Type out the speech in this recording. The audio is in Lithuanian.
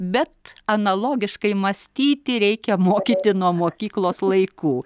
bet analogiškai mąstyti reikia mokyti nuo mokyklos laikų